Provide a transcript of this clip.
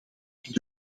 dit